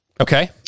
Okay